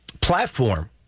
platform